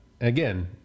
again